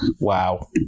wow